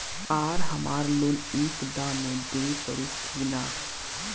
आर हमारा लोन एक दा मे देवे परी किना?